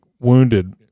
wounded